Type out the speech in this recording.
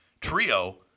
trio